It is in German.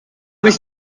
nicht